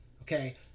Okay